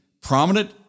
prominent